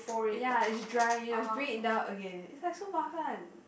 ya it's dry you know to be bring indoor again it's like so 麻烦:mafan